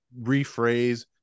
rephrase